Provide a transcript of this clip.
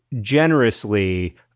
generously